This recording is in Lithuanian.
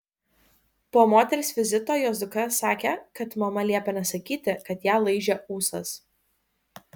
po moters vizito jos dukra sakė kad mama liepė nesakyti kad ją laižė ūsas